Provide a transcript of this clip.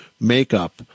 makeup